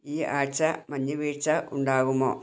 ഈ ആഴ്ച്ച മഞ്ഞുവീഴ്ച ഉണ്ടാകുമോ